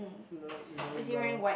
no he's wearing brown